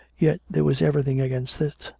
yet there was everything against this,